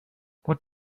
what